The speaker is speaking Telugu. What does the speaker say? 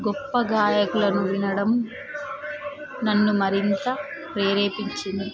గొప్ప గాయకులను వినడం నన్ను మరింత ప్రేరేపించింది